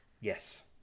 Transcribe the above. Yes